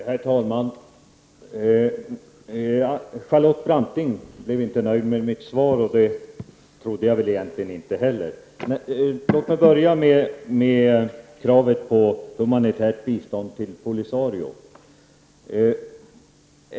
Herr talman! Charlotte Branting blev inte nöjd med mitt svar, och det trodde jag väl egentligen inte heller att hon skulle bli. Låt mig börja med kravet på humanitärt bistånd till Polisario.